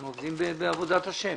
הם עובדים בעבודת השם.